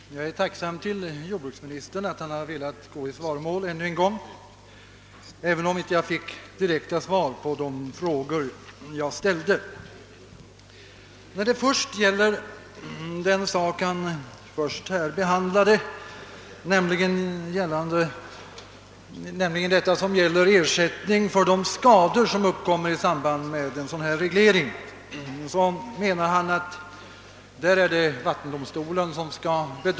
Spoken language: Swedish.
Herr talman! Jag är tacksam för att jordbruksministern velat gå i svaromål än en gång, även om jag inte fick direkta svar på de frågor jag ställde. Jordbruksministern menar att det är vattendomstolen som skall utdöma er sättning för de skador som uppkommer i samband med en sådan här reglering.